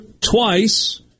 twice